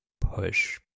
push